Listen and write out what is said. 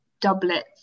doublets